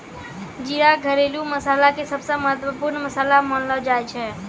जीरा घरेलू मसाला के सबसॅ महत्वपूर्ण मसाला मानलो जाय छै